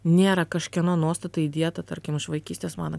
nėra kažkieno nuostatai įdieta tarkim iš vaikystės mano